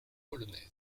polonaises